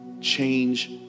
Change